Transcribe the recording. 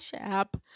app